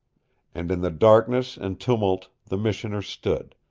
and in the darkness and tumult the missioner stood,